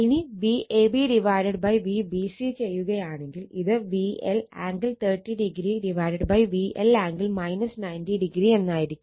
ഇനി Vab Vbc ചെയ്യുകയാണെങ്കിൽ ഇത് VL angle 30o VL angle 90o എന്നായിരിക്കും